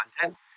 content